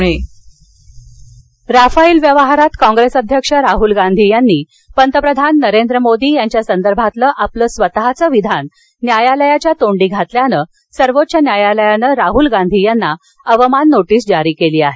सर्वोच्च न्यायालय Rafale Rafale व्यवहारात कॉंग्रेस अध्यक्ष राह्ल गांधी यांनी पंतप्रधान नरेंद्र मोदी यांच्या संदर्भातलं आपलं स्वतःचं विधान न्यायालयाच्या तोंडी घातल्यान सर्वोच्च न्यायालयान राहल गाधी यांना अवमान नोटीस जारी केली आहे